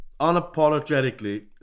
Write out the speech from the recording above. Unapologetically